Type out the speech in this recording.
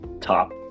top